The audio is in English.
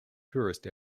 tourist